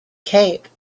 cape